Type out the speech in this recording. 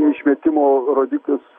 išmetimo rodiklius